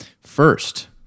first